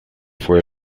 fue